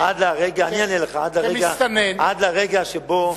אני אענה לך: עד לרגע שבו,